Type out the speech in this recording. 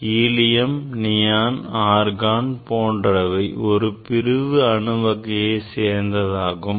helium neon argon போன்றவை ஒரு பிரிவு அணு வகையைச் சேர்ந்ததாகும்